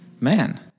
man